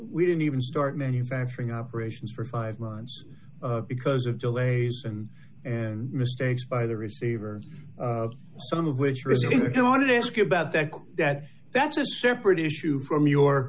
we didn't even start manufacturing operations for five months because of delays and and mistakes by the receivers some of which received i want to ask you about that that that's a separate issue from your